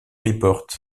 report